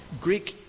Greek